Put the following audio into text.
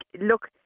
look